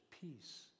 peace